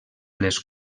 les